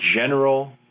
general